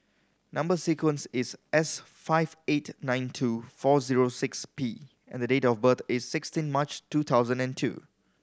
number sequence is S five eight nine two four zero six P and the date of birth is sixteen March two thousand and two